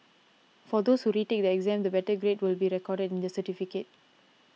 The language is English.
for those who retake the exam the better grade will be recorded in their certificate